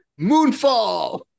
Moonfall